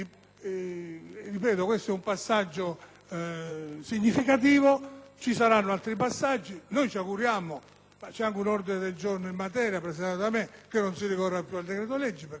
Ripeto, questo è un passaggio significativo; ci saranno altri passaggi. Ci auguriamo (e presentiamo un ordine del giorno in materia firmato da me) che non si ricorra più al decreto‑legge, perché ora siamo